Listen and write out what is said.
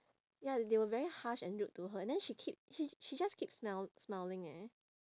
ya they were very harsh and rude to her and then she keep she she just keep smil~ smiling leh